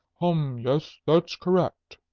hum yes, that's correct,